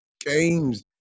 games